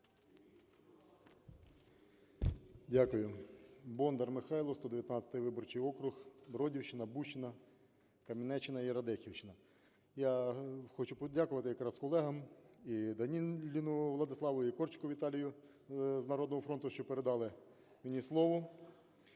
Дякую. Бондар Михайло, 119 виборчий округ, Бродівщина, Бущина, Кам'янеччина і Радехівщина. Я хочу подякувати якраз колегам і Даніліну Владиславу, і Корчику Віталію з "Народного фронту", що передали мені слово.